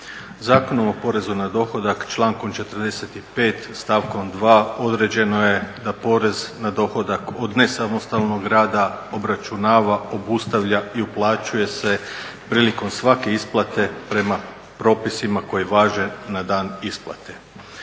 Zakonom o porezu na dohodak člankom 45.stavkom 2.određeno je da porez na dohodak od nesamostalnog rada obračunava, obustavlja i uplaćuje se prilikom svake isplate prema propisima koji važe na dan isplate.